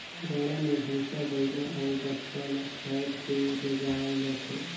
गाड़ा मे भइसा बइला अउ बछवा ल फाएद के रेगाल जाथे